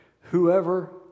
whoever